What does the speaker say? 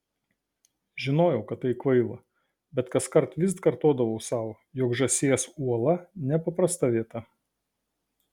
žinojau tai kvaila bet kaskart vis kartodavau sau jog žąsies uola nepaprasta vieta